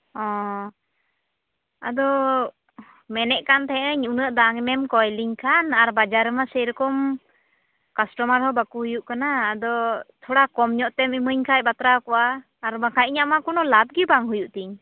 ᱚᱻ ᱟᱫᱚ ᱢᱮᱱᱮᱛ ᱠᱟᱱ ᱛᱟᱦᱮᱱᱟᱹᱧ ᱩᱱᱟᱹᱜ ᱫᱟᱢᱮᱢ ᱠᱚᱭ ᱞᱤᱧ ᱠᱷᱟᱱ ᱟᱨ ᱵᱟᱡᱟᱨ ᱨᱮᱢᱟ ᱥᱮᱭ ᱨᱚᱠᱚᱢ ᱠᱟᱥᱴᱚᱢᱟᱨ ᱦᱚᱸ ᱵᱟᱠᱚ ᱦᱩᱭᱩᱜ ᱠᱟᱱᱟ ᱟᱫᱚ ᱛᱷᱚᱲᱟ ᱠᱚᱢ ᱧᱚᱜ ᱛᱮᱢ ᱤᱢᱟᱹᱧ ᱠᱷᱟᱱ ᱵᱟᱛᱨᱟᱣ ᱠᱚᱜᱼᱟ ᱟᱨ ᱵᱟᱝᱠᱷᱟᱱ ᱤᱧᱟᱹᱜ ᱢᱟ ᱠᱚᱱᱳ ᱞᱟᱵ ᱜᱮ ᱵᱟᱝ ᱦᱩᱭᱩᱜ ᱛᱤᱧ